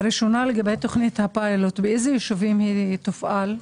לגבי תוכנית הפילוט, באיזה שלבים תופעל?